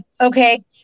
okay